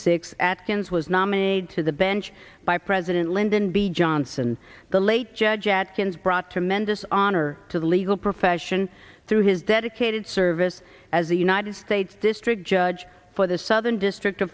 six atkins was nominated to the bench by president lyndon b johnson the late judge atkins brought tremendous honor to the legal profession through his dedicated service as the united states district judge for the southern district